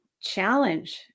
challenge